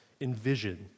envision